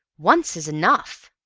once is enough!